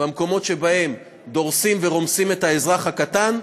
במקומות שבהם דורסים ורומסים את האזרח הקטן,